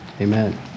Amen